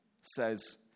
says